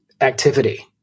activity